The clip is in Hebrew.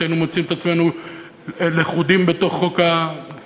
כי אחרת היינו מוצאים את עצמנו לכודים בתוך חוק הלאום.